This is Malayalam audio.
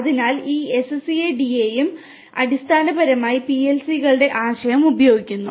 അതിനാൽ ഈ SCADA യുംഅടിസ്ഥാനപരമായി PLC കളുടെ ആശയം ഉപയോഗിക്കുന്നു